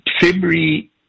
February